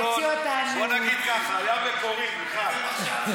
הוציא אותנו, בוא נגיד ככה: היה מקורי, מיכל.